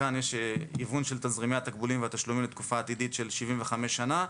כאן יש היוון של תזרימי התקבולים והתשלומים לתקופה עתידית של 75 שנה.